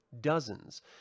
dozens